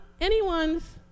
anyone's